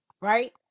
right